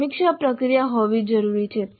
સમીક્ષા પ્રક્રિયા હોવી જરૂરી છે